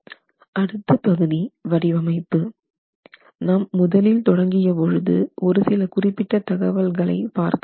அடுத்து பகுதி வடிவமைப்பு நாம் முதலில் தொடங்கிய பொழுது ஒருசில குறிப்பிட்ட தகவல்களை பார்க்கவில்லை